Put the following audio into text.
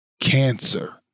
cancer